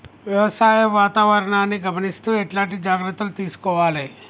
వ్యవసాయ వాతావరణాన్ని గమనిస్తూ ఎట్లాంటి జాగ్రత్తలు తీసుకోవాలే?